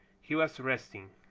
he was resting.